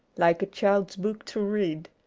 like a child's book to read,